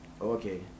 Okay